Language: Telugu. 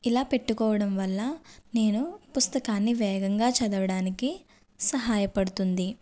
ఇలా పెట్టుకోవడం వల్ల నేను పుస్తకాన్ని వేగంగా చదవడానికి సహాయపడుతుంది